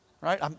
Right